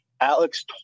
Alex